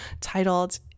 titled